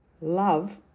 love